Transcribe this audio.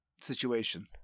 situation